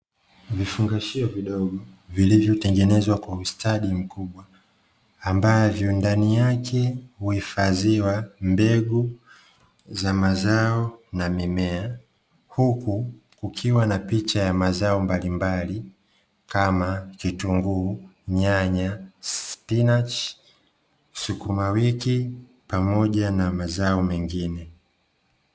Vifungashio vidogo vilivyotengenezwa kwa ustadi mkubwa, ambavyo ndani yake huhifadhiwa mbegu za mazao na mimea, huku kukiwa na picha ya mazao mbalimbali, kama kitunguu, nyanya, spinachi, sukumawiki, pamoja na mazao mengine.